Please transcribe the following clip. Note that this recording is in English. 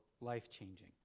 life-changing